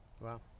Wow